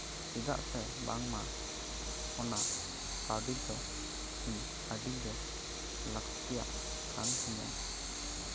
ᱪᱮᱫᱟᱜ ᱥᱮ ᱵᱟᱝᱢᱟ ᱚᱱᱟ ᱠᱟᱹᱣᱰᱤ ᱫᱚ ᱤᱧ ᱟᱹᱰᱤᱜᱮ ᱞᱟᱹᱠᱛᱤᱭᱟᱜ ᱠᱟᱱ ᱛᱤᱧᱟ